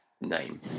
name